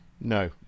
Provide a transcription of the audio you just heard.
no